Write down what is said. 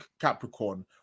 Capricorn